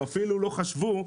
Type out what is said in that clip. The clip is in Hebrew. הם אפילו לא חשבו,